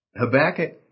Habakkuk